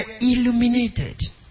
illuminated